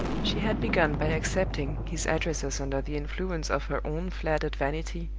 she had begun by accepting his addresses under the influence of her own flattered vanity,